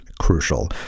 crucial